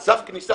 על סף כניסה?